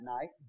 night